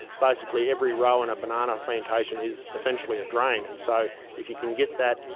basically every row in a banana plantation is essentially a drain, and so if you can get that,